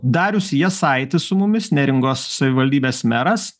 darius jasaitis su mumis neringos savivaldybės meras